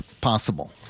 possible